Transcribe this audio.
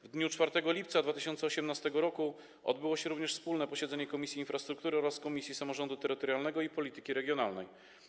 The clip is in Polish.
W dniu 4 lipca 2018 r. odbyło się również wspólne posiedzenie Komisji Infrastruktury oraz Komisji Samorządu Terytorialnego i Polityki Regionalnej.